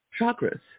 chakras